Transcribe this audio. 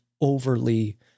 overly